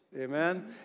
Amen